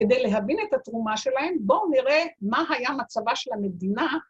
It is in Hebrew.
‫כדי להבין את התרומה שלהם, ‫בואו נראה מה היה מצבה של המדינה,